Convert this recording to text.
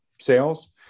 sales